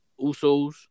Usos